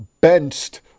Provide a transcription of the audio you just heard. benched